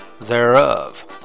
thereof